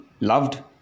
loved